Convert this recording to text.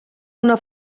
una